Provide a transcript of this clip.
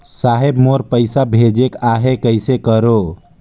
साहेब मोर पइसा भेजेक आहे, कइसे करो?